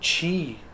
Chi